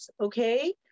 Okay